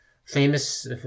Famous